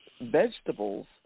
vegetables